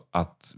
att